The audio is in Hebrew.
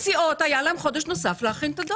הסיעות היה להם חודש נוסף להכין את הדוח.